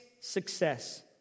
success